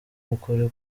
ukuri